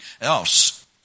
else